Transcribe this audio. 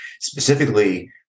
specifically